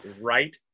Right